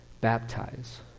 baptize